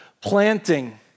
Planting